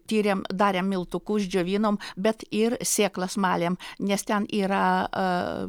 tyrėm darėm miltukus džiovinom bet ir sėklas malėm nes ten yra